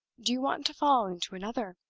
do you want to fall into another?